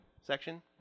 section